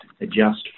adjust